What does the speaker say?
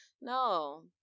No